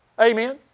Amen